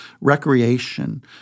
recreation